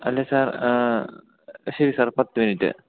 അല്ല സാർ ശരി സാർ പത്ത് മിനിറ്റ്